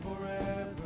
forever